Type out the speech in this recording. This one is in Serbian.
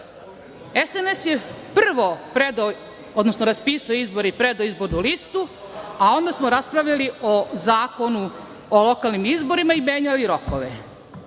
SNS je prvo predao, odnosno raspisao izbore i predao izbornu listu, a onda smo raspravljali o Zakonu o lokalnim izborima i menjao i rokove.